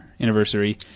anniversary